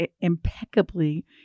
impeccably